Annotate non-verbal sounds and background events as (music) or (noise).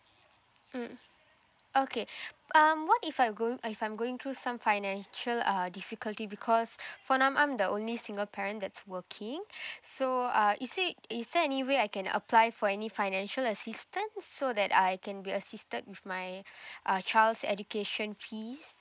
mm okay (breath) um what if I'm go~ if I'm going through some financial uh difficulty because (breath) for now I'm the only single parent that's working (breath) so uh is there is there any way I can apply for any financial assistance so that I can be assisted with my (breath) uh child's education fees